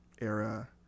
era